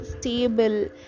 stable